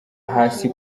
hasi